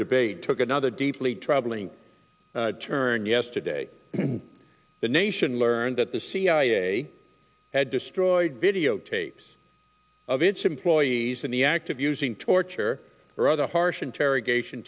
debate took another deeply troubling turn yesterday the nation learned that the cia had destroyed videotapes of its employees in the act of using torture or other harsh interrogation